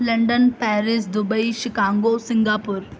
London Paris Dubai Chicago Singapore